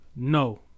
No